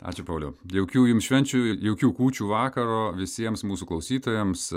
ačiū pauliau jaukių jums švenčių jaukių kūčių vakaro visiems mūsų klausytojams